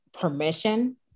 permission